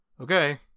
okay